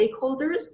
stakeholders